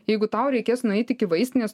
jeigu tau reikės nueit iki vaistinės